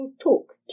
talk